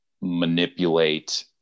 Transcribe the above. manipulate